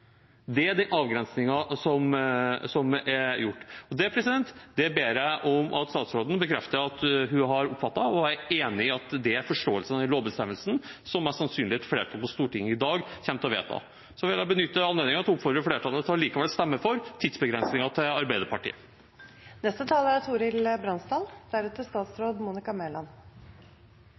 og er enig i, at det er forståelsen av denne lovbestemmelsen, som mest sannsynlig et flertall på Stortinget i dag kommer til å vedta. Så vil jeg benytte anledningen til å oppfordre flertallet til allikevel å stemme for tidsbegrensningen til Arbeiderpartiet.